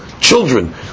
children